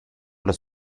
los